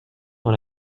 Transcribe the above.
dans